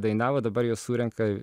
dainavo dabar jos surenka